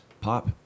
Pop